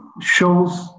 shows